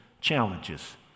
challenges